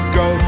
go